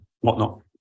whatnot